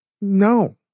no